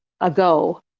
ago